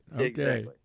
Okay